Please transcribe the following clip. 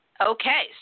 Okay